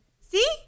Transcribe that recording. See